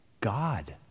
God